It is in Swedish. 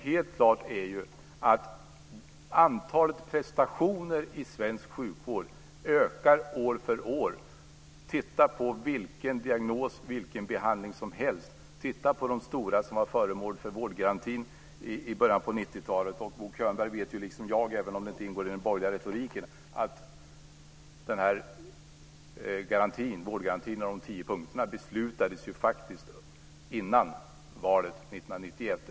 Helt klart är ju att antalet prestationer i svensk sjukvård ökar år för år. Titta på vilken diagnos, vilken behandling som helst. Titta på de stora som var föremål för vårdgarantin i början av 90-talet. Bo Könberg vet ju liksom jag, även om det inte ingår i den borgerliga retoriken, att den här vårdgarantin med de tio punkterna faktiskt beslutades innan valet 1991.